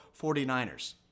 49ers